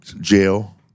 jail